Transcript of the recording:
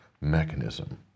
mechanism